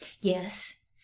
Yes